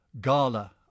gala